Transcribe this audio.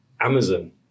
Amazon